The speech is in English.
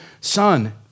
son